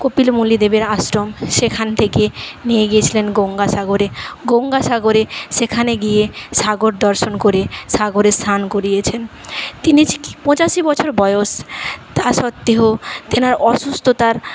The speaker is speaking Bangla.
কপিল মুনি দেবের আশ্রম সেখান থেকে নিয়ে গিয়েছিলেন গঙ্গাসাগরে গঙ্গাসাগরে সেখানে গিয়ে সাগর দর্শন করে সাগরে স্নান করিয়েছেন তিনি যে কি পঁচাশি বছর বয়স তা সত্বেও তেনার অসুস্থতার